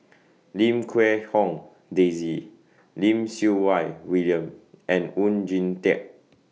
Lim Quee Hong Daisy Lim Siew Wai William and Oon Jin Teik